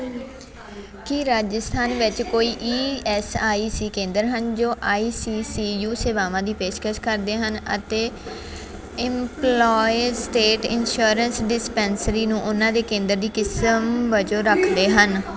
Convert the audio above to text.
ਕੀ ਰਾਜਸਥਾਨ ਵਿੱਚ ਕੋਈ E S I C ਕੇਂਦਰ ਹਨ ਜੋ ਆਈ ਸੀ ਸੀ ਯੂ ਸੇਵਾਵਾਂ ਦੀ ਪੇਸ਼ਕਸ਼ ਕਰਦੇ ਹਨ ਅਤੇ ਇੰਪਲਾਈ ਸਟੇਟ ਇੰਸ਼ੋਰੈਂਸ ਡਿਸਪੈਂਸਰੀ ਨੂੰ ਉਹਨਾਂ ਦੇ ਕੇਂਦਰ ਦੀ ਕਿਸਮ ਵਜੋਂ ਰੱਖਦੇ ਹਨ